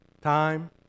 time